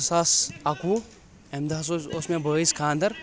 زٕ ساس اکوُہ امہِ دۄہ ہسا اوس مےٚ بٲیِس خانٛدر